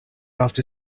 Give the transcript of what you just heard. after